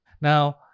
Now